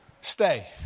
Stay